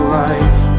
life